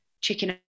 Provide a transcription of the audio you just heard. chicken